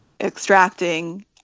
extracting